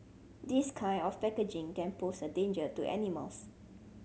this kind of packaging can pose a danger to animals